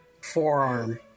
Forearm